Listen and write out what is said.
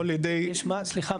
יש מה, סליחה?